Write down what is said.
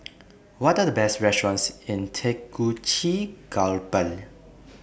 What Are The Best restaurants in Tegucigalpa